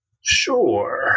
Sure